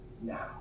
now